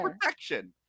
protection